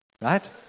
right